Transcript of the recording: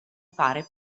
fare